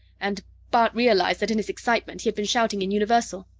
and bart realized that in his excitement he had been shouting in universal.